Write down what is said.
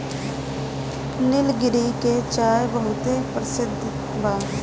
निलगिरी के चाय बहुते परसिद्ध बा